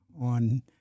on